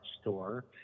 store